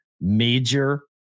major